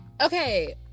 okay